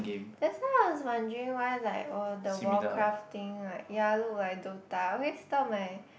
that's why I was wondering why like oh the warcraft thing like ya look like Dota always thought my